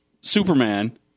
Superman